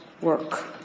work